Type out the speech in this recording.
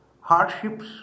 hardships